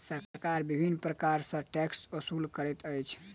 सरकार विभिन्न प्रकार सॅ टैक्स ओसूल करैत अछि